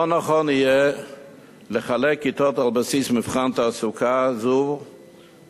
לא נכון יהיה לחלק כיתות על בסיס מבחן תעסוקה כי זה